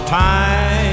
time